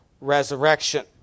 resurrection